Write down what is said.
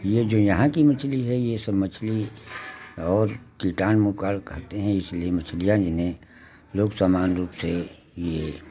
ये जो यहाँ की मछली है ये सब मछली और कीटाणु काल खाते हैं इसलिए मछलियां इन्हें लोग समान रूप से ये